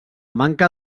manca